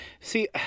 See